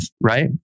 right